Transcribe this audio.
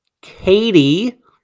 Katie